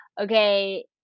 okay